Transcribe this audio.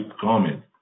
comment